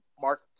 Mark